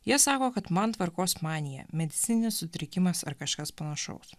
jie sako kad man tvarkos manija medicininis sutrikimas ar kažkas panašaus